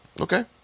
Okay